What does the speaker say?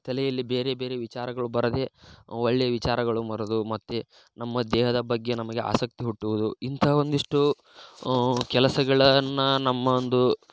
ತಲೆಯಲ್ಲಿ ಬೇರೆ ಬೇರೆ ವಿಚಾರಗಳು ಬರದೆ ಒಳ್ಳೆ ವಿಚಾರಗಳು ಮರದು ಮತ್ತು ನಮ್ಮ ದೇಹದ ಬಗ್ಗೆ ನಮಗೆ ಆಸಕ್ತಿ ಹುಟ್ಟುವುದು ಇಂಥ ಒಂದಿಷ್ಟು ಕೆಲಸಗಳನ್ನು ನಮ್ಮಒಂದು